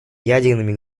ядерными